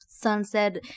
sunset